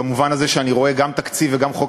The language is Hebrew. במובן הזה שאני רואה גם תקציב וגם חוק